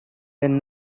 then